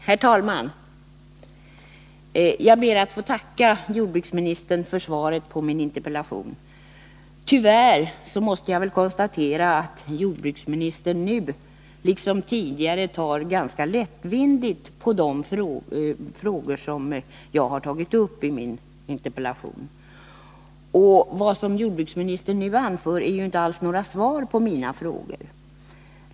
Herr talman! Jag ber att få tacka jordbruksministern för svaret på min interpellation. Tyvärr måste jag väl konstatera att jordbruksministern nu, liksom tidigare, tar ganska lättvindigt på de frågor som jag har tagit upp i min interpellation. Vad jordbruksministern nu anför är ju inte alls några svar på mina frågor.